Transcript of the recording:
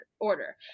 order